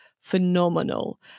phenomenal